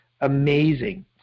amazing